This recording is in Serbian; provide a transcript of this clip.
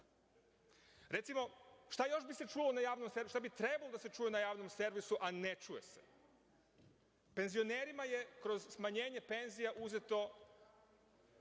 kaže? Recimo, šta bi se još čulo na javnom servisu? Šta bi trebalo da se čuje na javnom servisu, a ne čuje se? Penzionerima je kroz smanjenje penzija uzeto